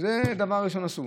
זה הדבר הראשון עשו.